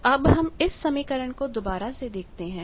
तो हम इस समीकरण को दोबारा से देखते हैं